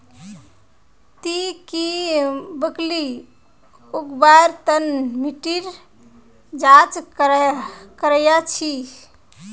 ती की ब्रोकली उगव्वार तन मिट्टीर जांच करया छि?